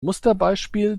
musterbeispiel